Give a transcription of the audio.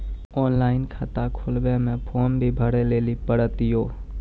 Online खाता खोलवे मे फोर्म भी भरे लेली पड़त यो?